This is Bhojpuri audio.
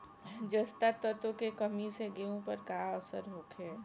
जस्ता तत्व के कमी से गेंहू पर का असर होखे?